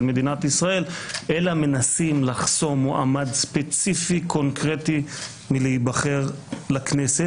מדינת ישראל אלא מנסים לחסום מועמד ספציפי מלהיבחר לכנסת